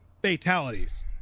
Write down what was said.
fatalities